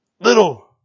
Little